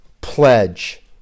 pledge